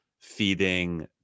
feeding